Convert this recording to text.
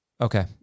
Okay